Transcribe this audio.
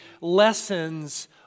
lessons